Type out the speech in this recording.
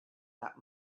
that